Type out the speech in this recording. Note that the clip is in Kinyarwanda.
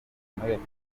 repubulika